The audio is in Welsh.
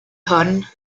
hwn